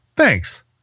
thanks